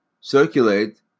circulate